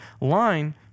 line